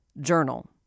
journal